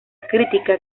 crítica